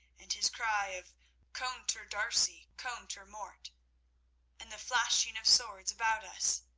and his cry of contre d'arcy, contre mort and the flashing of swords about us,